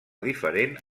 diferent